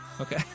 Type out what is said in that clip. Okay